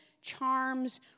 charms